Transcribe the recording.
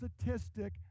statistic